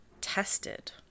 tested